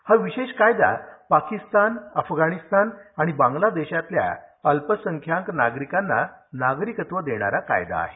हा विशेष कायदा पाकिस्तान अफगाणिस्तान आणि बांगलादेशातल्या अल्पसंख्यांक नागरिकांना नागरिकत्व देणारा कायदा आहे